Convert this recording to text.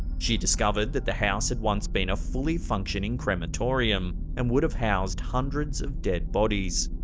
she discovered that the house had once been a fully functioning crematorium, and would have housed hundreds of dead bodies.